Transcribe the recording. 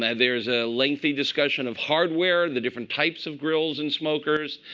there is a lengthy discussion of hardware, the different types of grills and smokers.